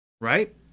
right